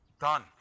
done